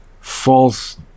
false